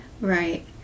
Right